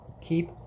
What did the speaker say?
Keep